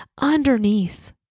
underneath